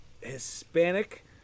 Hispanic